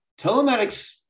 Telematics